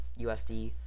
USD